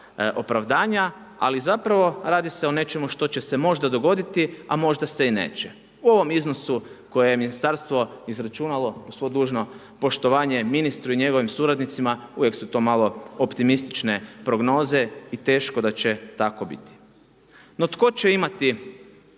opravdanja, ali zapravo radi se o nečemu što će se možda dogoditi, a možda se i neće. U ovom iznosu koje je Ministarstvo izračunalo uz svo dužno poštovanje ministru i njegovim suradnicima, uvijek su to malo optimistične prognoze i teško da će tako biti. No tko će imati